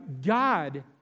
God